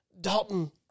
Dalton